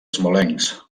smolensk